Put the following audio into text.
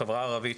בחברה הערבית,